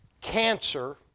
cancer